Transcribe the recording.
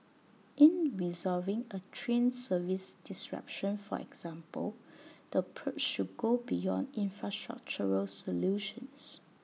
in resolving A train service disruption for example the approach should go beyond infrastructural solutions